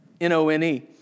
N-O-N-E